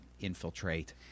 infiltrate